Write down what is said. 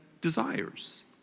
desires